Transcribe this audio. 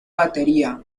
batería